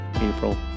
April